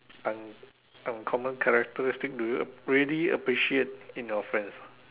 un~ uncommon characteristic do you really appreciate in your friends